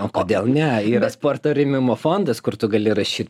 o kodėl ne yra sporto rėmimo fondas kur tu gali rašyt